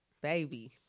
baby